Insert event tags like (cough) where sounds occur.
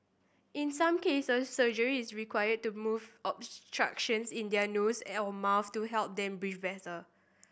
in some cases surgery is required to move obstructions in their nose (unintelligible) mouth to help them breathe better